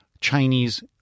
Chinese